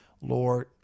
Lord